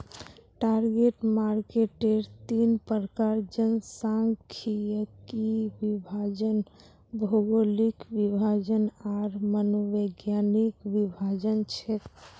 target marketer तीन प्रकार जनसांख्यिकीय विभाजन, भौगोलिक विभाजन आर मनोवैज्ञानिक विभाजन छेक